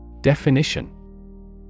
Definition